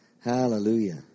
Hallelujah